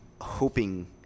hoping